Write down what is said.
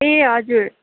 ए हजुर